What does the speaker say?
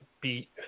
beat